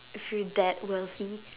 if you're that wealthy